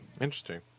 Interesting